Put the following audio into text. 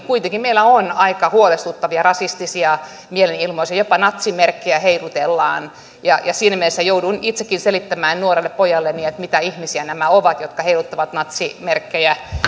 kuitenkin meillä on aika huolestuttavia rasistisia mielenilmaisuja jopa natsimerkkejä heilutellaan ja siinä mielessä joudun itsekin selittämään nuorelle pojalleni mitä ihmisiä nämä ovat jotka heiluttavat natsimerkkejä